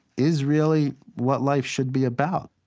is really what life should be about